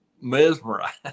mesmerized